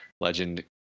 Legend